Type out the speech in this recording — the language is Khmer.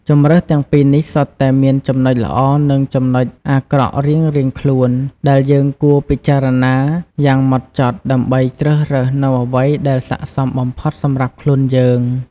ជម្រើសទាំងពីរនេះសុទ្ធតែមានចំណុចល្អ និងចំណុចអាក្រក់រៀងៗខ្លួន ដែលយើងគួរពិចារណាយ៉ាងហ្មត់ចត់ដើម្បីជ្រើសរើសនូវអ្វីដែលស័ក្តិសមបំផុតសម្រាប់ខ្លួនយើង។